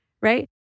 right